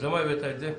למה הבאת את זה?